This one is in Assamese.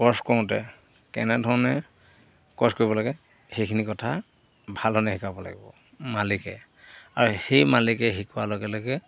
কৰ্চ কৰোঁতে কেনেধৰণে কৰ্চ কৰিব লাগে সেইখিনি কথা ভাল ধৰণে শিকাব লাগিব মালিকে আৰু সেই মালিকে শিকোৱাৰ লগে লগে